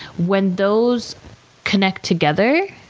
when those connect together,